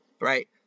right